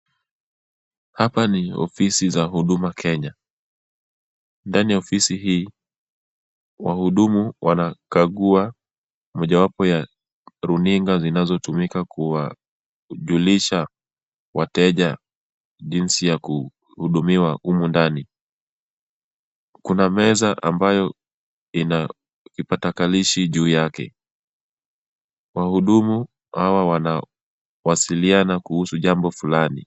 Hapa ni ofisi za Huduma Kenya. Ndani ya ofisi hii wahudumu wanakagua mojawapo ya runinga zinazotumika kuwajulisha wateja jinsi ya kuhudumiwa humu ndani. Kuna meza ambayo ina kipatakalishi juu yake. Wahidumu hawa wanawasiliana kuhusu jambo fulani.